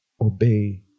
Obey